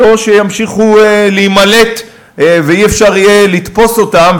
לא שימשיכו להימלט ולא יהיה אפשר לתפוס אותם,